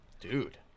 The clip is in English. dude